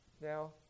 Now